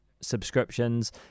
subscriptions